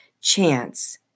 chance